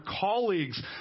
colleagues